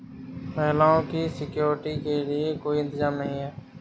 महिलाओं की सिक्योरिटी के लिए कोई इंतजाम नहीं है